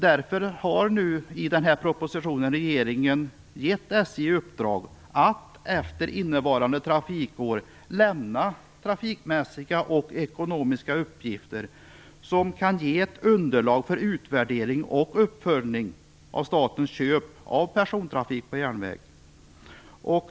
Därför har nu regeringen genom den här propositionen gett SJ i uppdrag att efter innevarande trafikår lämna trafikmässiga och ekonomiska uppgifter som kan ge ett underlag för utvärdering och uppföljning av statens köp av persontrafik på järnväg.